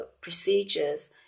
procedures